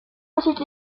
ensuite